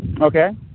okay